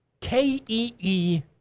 K-E-E